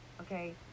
okay